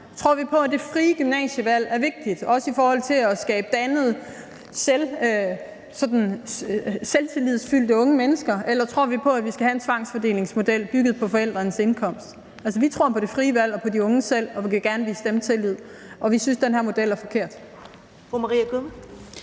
Tror vi på, at det frie gymnasievalg er vigtigt også i forhold til at skabe dannede og selvtillidsfyldte unge mennesker? Eller tror vi på, at vi skal have en tvangsfordelingsmodel bygget på forældrenes indkomst? Altså, vi tror på det frie valg og på de unge selv og vil gerne vise dem tillid, og vi synes, den her model er forkert.